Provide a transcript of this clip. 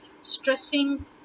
stressing